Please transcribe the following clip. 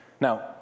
Now